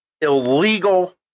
Illegal